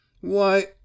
Why